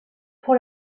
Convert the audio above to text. pour